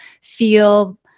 feel